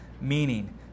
meaning